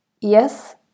yes